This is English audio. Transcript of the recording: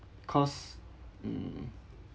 cause mm